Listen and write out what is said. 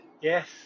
Yes